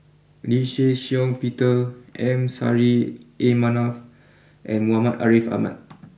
Lee Shih Shiong Peter M Saffri A Manaf and Muhammad Ariff Ahmad